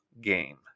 game